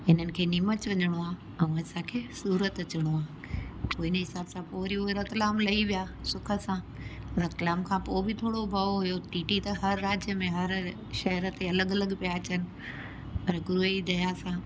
हिनन खे नीमच वञिणो आ अऊं असांखे सूरत अचिणो आ पो इने हिसाब सां पो वरी उए रतलाम लई विया सुख सां रतलाम खां पो बि थोड़ो भउ हुयो टीटी त हर राज्य में हर शहर ते अलॻ अलॻ पिया अचन पर गुरुअ ई दया सां